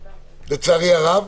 לצערי הרב,